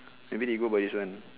maybe they go by this one